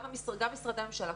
גם משרדי הממשלה,